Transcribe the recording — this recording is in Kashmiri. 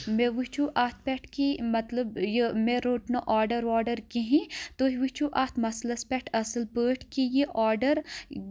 مےٚ وٕچھو اَتھ پؠٹھ کہِ مطلب یہِ مےٚ رۆٹ نہٕ آرڈر واڈر کِہیٖنۍ تُہۍ وٕچھو اَتھ مسلَس پؠٹھ اَصل پٲٹھۍ کہِ یہِ آرڈر